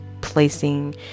placing